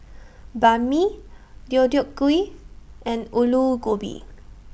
Banh MI Deodeok Gui and Alu Gobi